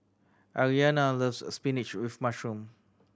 Aryana loves a spinach with mushroom